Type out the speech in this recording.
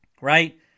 right